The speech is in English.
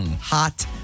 Hot